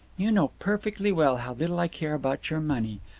you know perfectly well how little i care about your money.